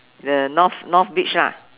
the north north beach lah